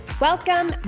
Welcome